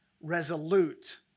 resolute